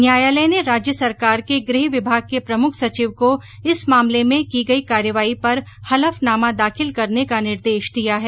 न्यायालय ने राज्य सरकार के गृह विभाग के प्रमुख सचिव को इस मामले में की गई कार्रवाई पर हलफनामा दाखिल करने का निर्देश दिया है